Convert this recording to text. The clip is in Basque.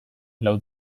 lau